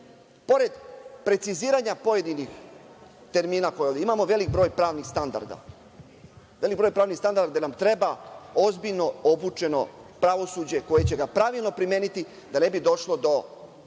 pored preciziranja pojedinih termina koje ovde imamo, veliki je broj pravnih standarda, veliki broj pravnih standarda gde nam treba ozbiljno obučeno pravosuđe koje će ga pravilno primeniti, da ne bi došlo do loše